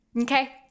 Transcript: Okay